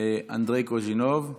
אנדרי קוז'ינוב.